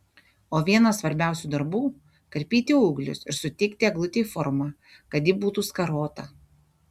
o vienas svarbiausių darbų karpyti ūglius ir suteikti eglutei formą kad ji būtų skarota